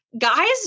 guys